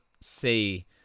see